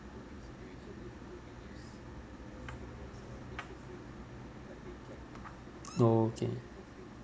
okay